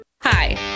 hi